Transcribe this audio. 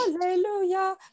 hallelujah